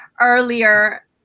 earlier